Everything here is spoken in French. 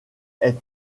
est